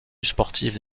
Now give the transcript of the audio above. sportive